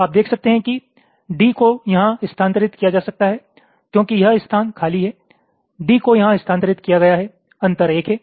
आप देख सकते हैं कि D को यहां स्थानांतरित किया जा सकता है क्योंकि यह स्थान खाली है D को यहां स्थानांतरित किया गया है अंतर 1 है